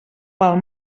pel